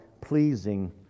pleasing